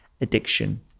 addiction